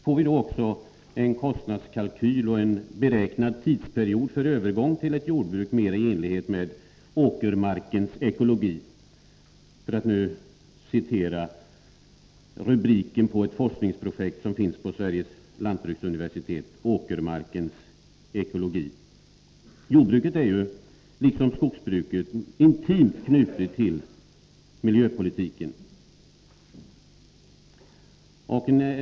Får vi då också en kostnadskalkyl och en beräknad tidsperiod för övergången till ett jordbruk mer i enlighet med åkermarkens ekologi? Därmed citerar jag rubriken på ett forskningsprojekt vid Sveriges lantbruksuniversitet: Åkermarkens ekologi. Jordbruket är ju liksom skogsbruket intimt knutet till miljöpolitiken.